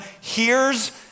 hears